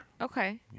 Okay